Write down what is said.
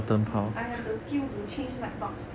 um I have to skill to change light bulbs